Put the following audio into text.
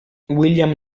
william